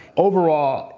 overall,